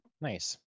Nice